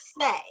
say